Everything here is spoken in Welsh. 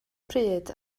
pryd